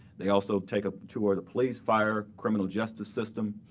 they also take a tour of the police, fire, criminal justice system,